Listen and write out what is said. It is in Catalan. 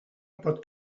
pot